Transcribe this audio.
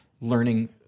learning